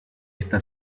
esta